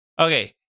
okay